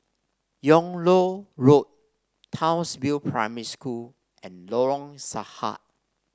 Yung Loh Road Townsville Primary School and Lorong Sarhad